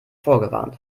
vorgewarnt